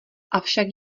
avšak